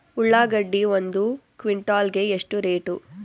ಉಳ್ಳಾಗಡ್ಡಿ ಒಂದು ಕ್ವಿಂಟಾಲ್ ಗೆ ಎಷ್ಟು ರೇಟು?